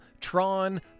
Tron